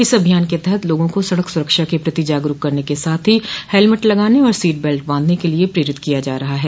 इस अभियान के तहत लोगों को सड़क सरक्षा के प्रति जागरूक करने के साथ ही हेलमेट लगाने और सीट बेल्ट बांधने के लिए प्रेरित किया जा रहा है